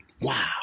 Wow